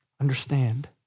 Understand